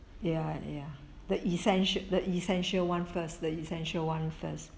ya ya the essential the essential [one] first the essential [one] first